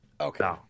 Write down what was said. Okay